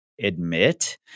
admit